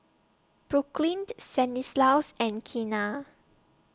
Brooklyn Stanislaus and Keena